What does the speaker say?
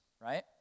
right